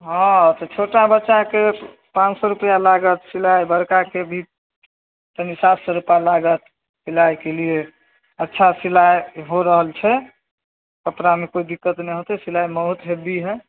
हँ तऽ छोटा बच्चाके पाँच सओ रुपैआ लागत सिलाइ बड़काके भी तनि सात सओ रुपैआ लागत सिलाइकेलिए अच्छा सिलाइ हो रहल छै कपड़ामे कोइ दिक्कत नहि हेतै सिलाइ बहुत हेवी हइ